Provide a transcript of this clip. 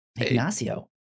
Ignacio